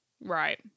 Right